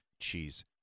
cheese